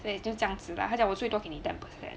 对就这样子啦她讲我最多给你 ten percent